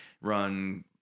run